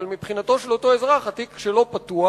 אבל מבחינתו של אותו אזרח התיק פתוח